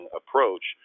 approach